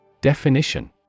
Definition